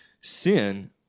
sin